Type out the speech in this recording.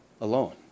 Alone